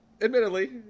admittedly